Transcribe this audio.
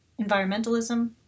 environmentalism